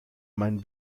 mein